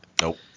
Nope